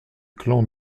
clan